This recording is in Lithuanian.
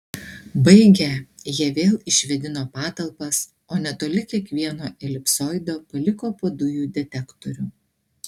baigę jie vėl išvėdino patalpas o netoli kiekvieno elipsoido paliko po dujų detektorių